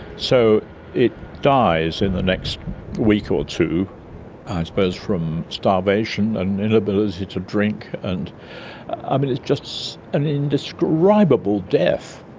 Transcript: so it dies in the next week or two, i suppose from starvation and inability to drink, and and it's just an indescribable death.